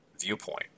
viewpoint